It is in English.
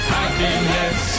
happiness